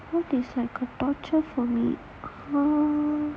what is like a torture for me